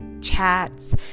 chats